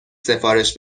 سفارش